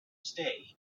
stay